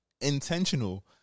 intentional